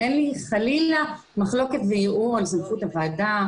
אין לי חלילה מחלוקת וערעור על סמכות הוועדה.